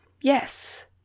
Yes